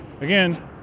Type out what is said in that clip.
Again